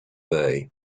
bay